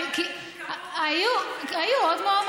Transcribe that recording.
למה לא לתת הזדמנות, כי היו עוד מועמדים.